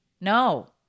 no